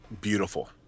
beautiful